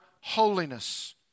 holiness